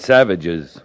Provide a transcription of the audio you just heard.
Savages